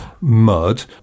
mud